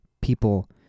people